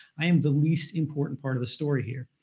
i am the least important part of the story here.